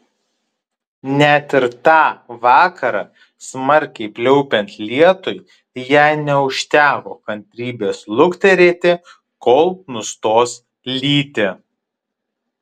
net ir tą vakarą smarkiai pliaupiant lietui jai neužteko kantrybės lukterėti kol nustos lyti